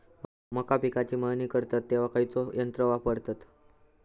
मका पिकाची मळणी करतत तेव्हा खैयचो यंत्र वापरतत?